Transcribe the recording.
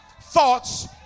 thoughts